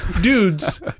Dudes